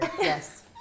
Yes